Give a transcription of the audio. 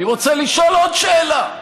אני רוצה לשאול עוד שאלה.